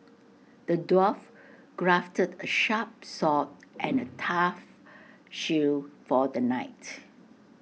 the dwarf crafted A sharp sword and A tough shield for the knight